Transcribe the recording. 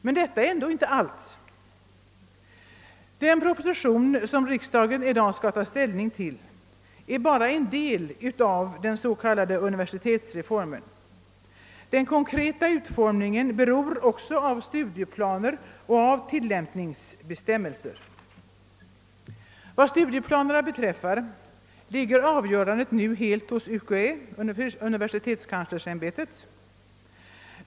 Men detta är ändå inte allt. Den proposition som riksdagen i dag skall ta ställning till är bara en del av den s.k. universitetsreformen. Den konkreta utformningen är också beroende av studieplaner och tillämpningsbestämmelser. Vad studieplanerna beträffar ligger avgörandet nu helt hos universitetskanslersämbetet.